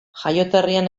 jaioterrian